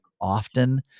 often